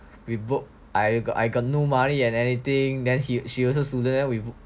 we book I got I got no money and anything then he she also student we